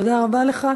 תודה רבה לך.